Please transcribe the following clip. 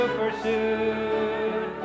pursued